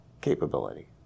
capability